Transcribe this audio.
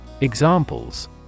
Examples